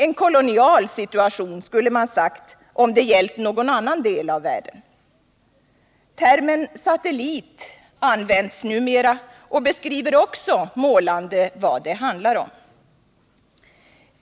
En kolonial situation skulle man ha sagt, om det gällt någon annan del av världen. Termen satellit används numera och beskriver också målande vad det handlar om.